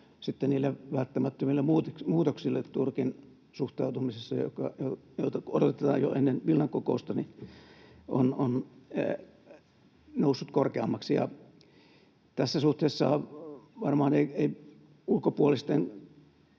niille välttämättömille muutoksille Turkin suhtautumisessa, joita odotetaan jo ennen Vilnan kokousta, on noussut korkeammaksi. Tässä suhteessa varmaan ei ulkopuolisten